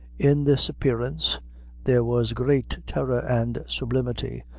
in this appearance there was great terror and sublimity,